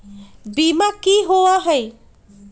बीमा की होअ हई?